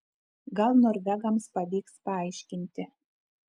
gal norvegams pavyks paaiškinti